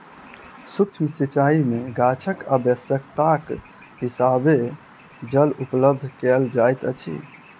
सुक्ष्म सिचाई में गाछक आवश्यकताक हिसाबें जल उपलब्ध कयल जाइत अछि